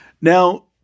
Now